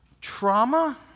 Trauma